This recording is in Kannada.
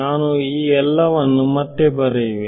ನಾನು ಈ ಎಲ್ಲವನ್ನು ಮತ್ತೆ ಬರೆಯುವೆ